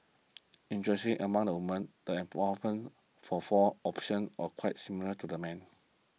interestingly among the women the endorsement for four options are quite similar to the men